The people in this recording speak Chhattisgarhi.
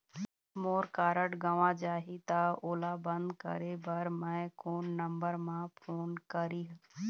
मोर कारड गंवा जाही त ओला बंद करें बर मैं कोन नंबर म फोन करिह?